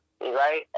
right